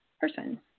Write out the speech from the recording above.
person